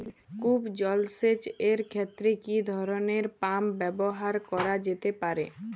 কূপ জলসেচ এর ক্ষেত্রে কি ধরনের পাম্প ব্যবহার করা যেতে পারে?